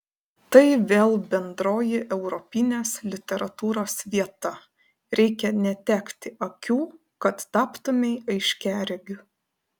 tai vėl bendroji europinės literatūros vieta reikia netekti akių kad taptumei aiškiaregiu